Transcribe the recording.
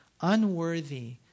unworthy